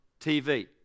TV